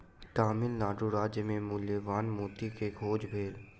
तमिल नाडु राज्य मे मूल्यवान मोती के खोज भेल